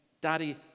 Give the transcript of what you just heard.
Daddy